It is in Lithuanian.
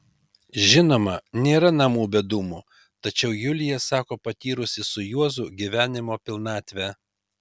žinoma nėra namų be dūmų tačiau julija sako patyrusi su juozu gyvenimo pilnatvę